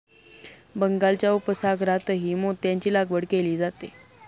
बंगालच्या उपसागरातही मोत्यांची लागवड केली जाते